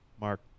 Mark